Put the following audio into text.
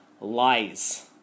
lies